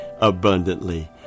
abundantly